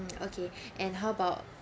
okay and how about